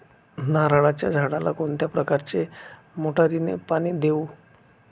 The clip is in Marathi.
नारळाच्या झाडाला कोणत्या प्रकारच्या मोटारीने पाणी देऊ?